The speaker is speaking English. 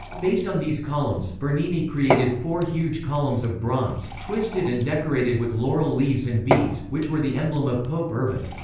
based on these columns, bernini created four huge columns of bronze, twisted and decorated with laurel leaves and bees, which were the emblem of pope urban.